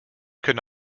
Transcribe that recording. could